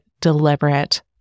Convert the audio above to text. deliberate